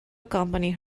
accompany